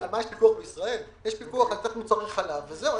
--- בישראל יש פיקוח על מוצרי חלב וזהו.